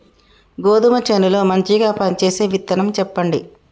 గోధుమ చేను లో మంచిగా పనిచేసే విత్తనం చెప్పండి?